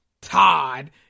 Todd